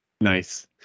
Nice